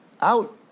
Out